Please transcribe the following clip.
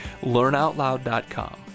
Learnoutloud.com